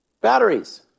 Batteries